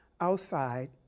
outside